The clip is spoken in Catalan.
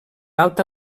alta